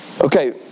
Okay